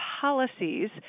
policies